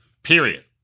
Period